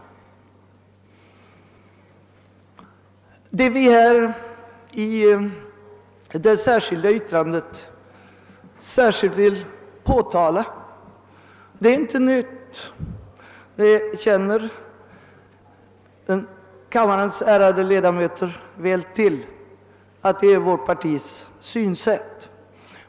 Det vi i det särskilda yttrandet framför allt vill påtala är inte något nytt; kammarens ärade ledamöter känner väl till att detta är vårt partis synsätt.